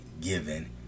given